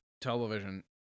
television